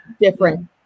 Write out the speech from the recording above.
different